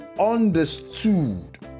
understood